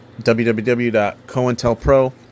www.COINTELPRO